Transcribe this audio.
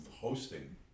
hosting